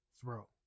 throw